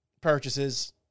purchases